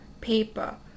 paper